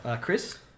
Chris